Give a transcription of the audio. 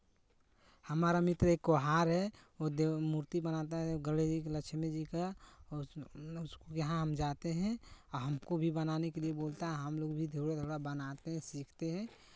हमरा मित्र एक कुम्हार है वो देव मूर्ती बनाता है गणेश जी लक्ष्मी जी का और उस उसको यहां हम जाते हैं आ हमको भी बनाने के लिये बोलता है हमलोग भी थोड़ा थोड़ा बनाते हैं सीखते हैं